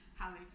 Hallie